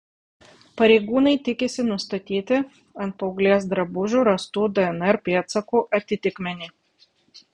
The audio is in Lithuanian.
pareigūnai tikisi nustatyti ant paauglės drabužių rastų dnr pėdsakų atitikmenį